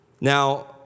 Now